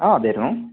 ആ എന്തായിരുന്നു